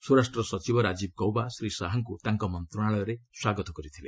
ସ୍ୱରାଷ୍ଟ୍ର ସଚିବ ରାଜୀବ ଗୌବା ଶ୍ରୀ ଶାହାଙ୍କୁ ତାଙ୍କ ମନ୍ତ୍ରଣାଳୟରେ ସ୍ୱାଗତ କରିଥିଲେ